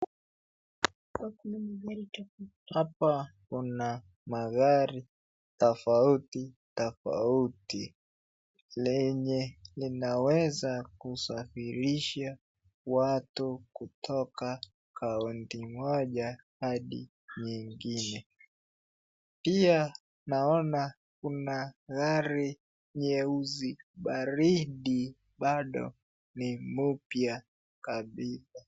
Hapa kuna magari tofauti tofauti, lenye linaweza kusafirisha watu kutoka kaunti moja hadi nyingine. Pia naona kuna gari nyeusi baridi bado ni mpya kabisa.